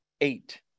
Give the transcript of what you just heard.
eight